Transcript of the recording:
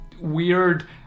weird